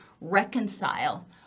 reconcile